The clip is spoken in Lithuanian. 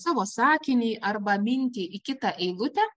savo sakinį arba mintį į kitą eilutę